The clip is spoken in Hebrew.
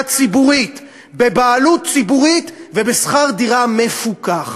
ציבורית בבעלות ציבורית ובשכר דירה מפוקח.